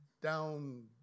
down